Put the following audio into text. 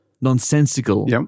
nonsensical